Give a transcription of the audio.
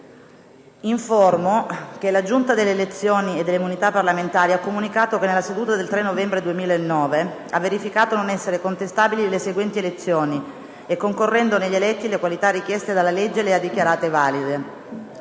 Informo che la Giunta delle elezioni e delle immunità parlamentari ha comunicato che, nella seduta del 3 novembre 2009, ha verificato non essere contestabili le seguenti elezioni e, concorrendo negli eletti le qualità richieste dalla legge, le ha dichiarate valide: